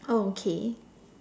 oh okay